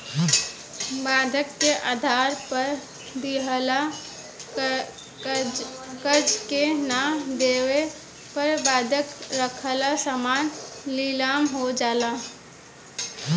बंधक के आधार पर दिहल कर्जा के ना देवे पर बंधक रखल सामान नीलाम हो जाला